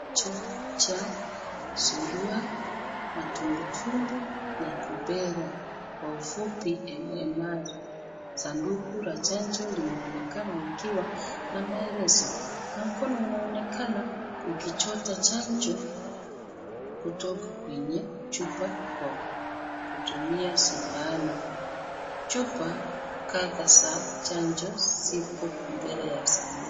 Chanjo cha surua, matumbwi tumbwi na rubela, kwa ufupi MMR. Sanduku la chanjp linaonekana likiwa na maelezo. Mkono unaonekana ukichota chanjo kutoka kwenye chupa kwa kutumia sindano. Chupa kadhaa za chanjo ziko mbele ya sanduku.